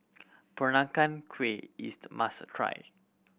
Peranakan Kueh is a must try